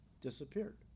disappeared